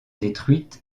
détruite